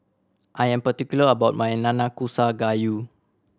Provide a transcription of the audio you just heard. I am particular about my Nanakusa Gayu